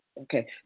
okay